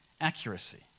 Accuracy